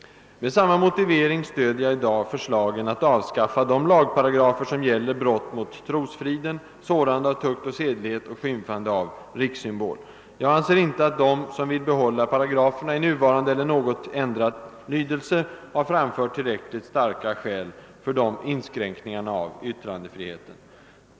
Med samma motivering stöder jag i dag förslagen att avskaffa de lagparagrafer som gäller brott mot trosfriden, sårande av tukt och sedlighet och skymfande av rikssymbol. Jag anser inte att de som vill behålla paragraferna i nuvarande eller något ändrad lydelse har framfört tillräckligt starka skäl för dessa inskränkningar av yttrandefriheten.